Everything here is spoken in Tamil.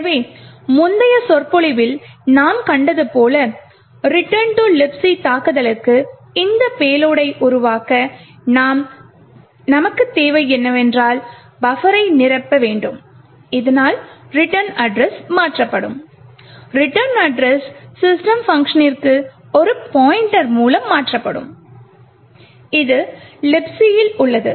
எனவே முந்தைய சொற்பொழிவில் நாம் கண்டது போல் Return to Libc தாக்குதலுக்கு இந்த பேலோடை உருவாக்க நமக்குத் தேவை என்னவென்றால் பஃபரை நிரப்ப வேண்டும் இதனால் ரிட்டர்ன் அட்ரெஸ் மாற்றப்படும் ரிட்டர்ன் அட்ரெஸ் system பங்க்ஷனிற்கு ஒரு பாய்ண்ட்டர் மூலம் மாற்றப்படும் இது லிப்சி ல் உள்ளது